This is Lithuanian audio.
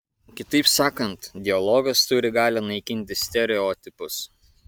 kitaip sakant dialogas turi galią naikinti stereotipus